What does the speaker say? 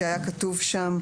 כי היה כתוב שם: